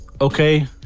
Okay